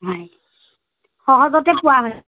হয় সহজতে পোৱা হৈছে